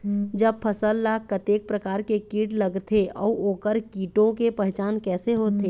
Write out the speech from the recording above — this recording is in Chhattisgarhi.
जब फसल ला कतेक प्रकार के कीट लगथे अऊ ओकर कीटों के पहचान कैसे होथे?